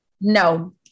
No